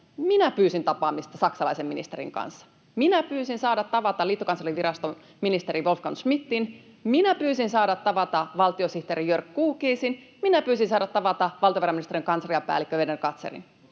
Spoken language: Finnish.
minä pyysin tapaamista saksalaisen ministerin kanssa, minä pyysin saada tavata liittokanslerinviraston ministerin Wolfgang Schmidtin, minä pyysin saada tavata valtiosihteeri Jörg Kukiesin, minä pyysin saada tavata valtiovarainministeriön kansliapäällikön Werner Gatzerin.